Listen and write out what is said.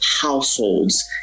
households